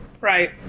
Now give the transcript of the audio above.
Right